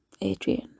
Adrian